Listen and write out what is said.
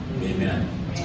Amen